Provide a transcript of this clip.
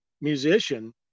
musician